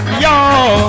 Y'all